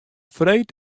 freed